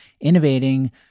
innovating